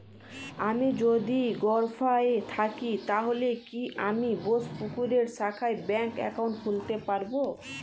আমি যদি গরফায়ে থাকি তাহলে কি আমি বোসপুকুরের শাখায় ব্যঙ্ক একাউন্ট খুলতে পারবো?